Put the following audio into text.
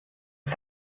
ist